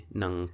ng